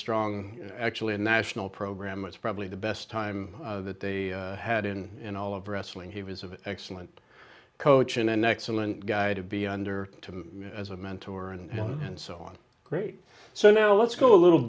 strong actually a national program it's probably the best time that they had in in all of wrestling he was of excellent coach and an excellent guy to be under to me as a mentor and and so on great so now let's go a little